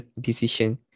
decision